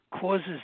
causes